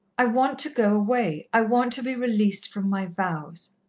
i want to go away. i want to be released from my vows.